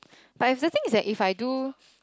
but exacting is like if I do